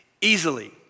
easily